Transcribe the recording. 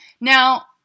Now